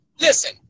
Listen